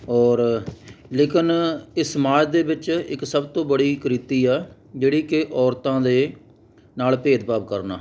ਔਰ ਲੇਕਿਨ ਇਸ ਸਮਾਜ ਦੇ ਵਿੱਚ ਇੱਕ ਸਭ ਤੋਂ ਬੜੀ ਕੁਰੀਤੀ ਹੈ ਜਿਹੜੀ ਕਿ ਔਰਤਾਂ ਦੇ ਨਾਲ ਭੇਦ ਭਾਵ ਕਰਨਾ